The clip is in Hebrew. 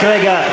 רק רגע.